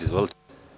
Izvolite.